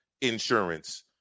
insurance